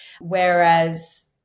Whereas